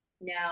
No